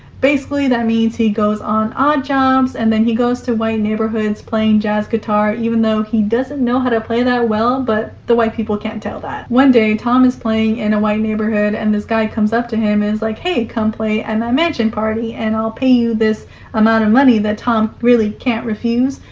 basically that means he goes on odd jobs and then he goes to white neighborhoods playing jazz guitar, even though he doesn't know how to play that well, but the white people can't tell that. one day tom is playing in a white neighborhood and this guy comes up to him is like, hey come play and my mansion party and i'll pay you this amount of money that tom really can't refuse,